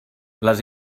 les